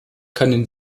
keinen